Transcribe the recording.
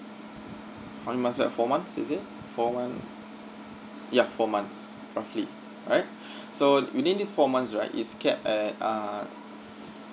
or it must at four months is it four month ya four months roughly right so within this four months right is capped at err